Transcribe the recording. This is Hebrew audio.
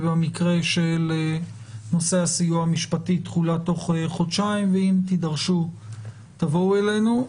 ובמקרה של נושא הסיוע המשפטי תחולה תוך חודשיים ואם תידרשו תבואו אלינו,